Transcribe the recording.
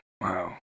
Wow